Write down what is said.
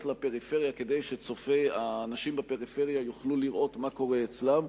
לפריפריה כדי שהאנשים בפריפריה יוכלו לראות מה קורה אצלם,